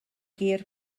gur